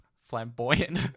flamboyant